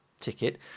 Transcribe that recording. ticket